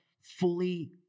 fully